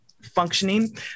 functioning